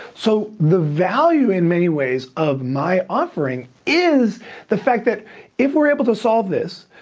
so the value in many ways of my offering is the fact that if we're able to solve this,